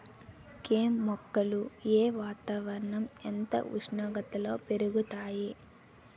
కెమ్ మొక్కలు ఏ వాతావరణం ఎంత ఉష్ణోగ్రతలో పెరుగుతాయి?